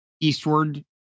eastward